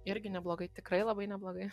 irgi neblogai tikrai labai neblogai